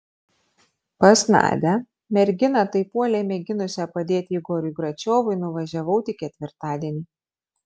pas nadią merginą taip uoliai mėginusią padėti igoriui gračiovui nuvažiavau tik ketvirtadienį